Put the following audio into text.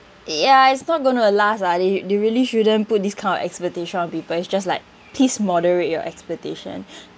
ya it's not going to last lah they they really shouldn't put this kind of expectation on people it's just like just like please moderate your expectation